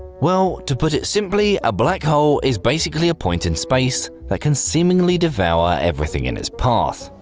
well, to put it simply, a black hole is basically a point in space that can seemingly devour everything in its path.